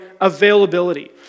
availability